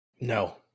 No